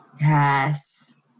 Yes